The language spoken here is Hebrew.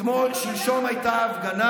שלשום הייתה הפגנה